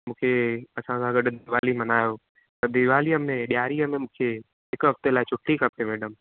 मूंखे असां सां गॾु दिवाली मल्हायो त दिवालीअ में ॾियारीअ में मूंखे हिकु हफ़्ते लाइ छुटी खपे मेडम